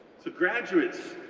so graduates,